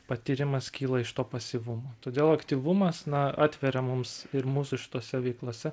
patyrimas kyla iš to pasyvumo todėl aktyvumas na atveria mums ir mūsų šitose veiklose